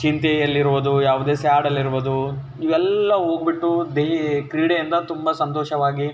ಚಿಂತೆಯಲ್ಲಿ ಇರುವುದು ಯಾವುದೇ ಸ್ಯಾಡಲ್ಲಿರುವುದು ಇವೆಲ್ಲ ಹೋಗಿಬಿಟ್ಟು ದೈ ಕ್ರೀಡೆಯಿಂದ ತುಂಬ ಸಂತೋಷವಾಗಿ